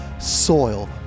soil